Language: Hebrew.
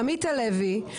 עמית הלוי,